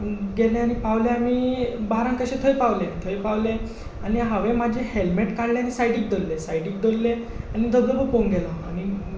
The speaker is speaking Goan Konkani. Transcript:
पावले आमी बारांक कशे थोंय पावलें थोंय पावलें आनी हांवें माजें हेलमेट काडलें आनी सायडीक दोल्लें सायडीक दोल्लें आनी धबधबो पोवंक गेलो आनीग धबधबो पयलो आनी